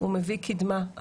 מביא קדמה.